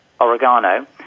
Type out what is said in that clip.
oregano